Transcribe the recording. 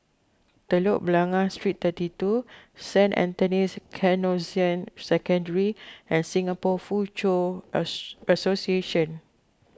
Telok Blangah Street thirty two Saint Anthony's Canossian Secondary and Singapore Foochow Association